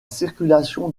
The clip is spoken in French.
circulation